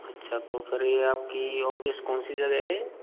अच्छा तो फिर ये आपकी ऑफिस कौन सी जगह है